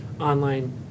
online